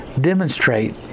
demonstrate